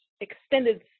extended